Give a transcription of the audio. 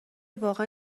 واقعا